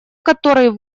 который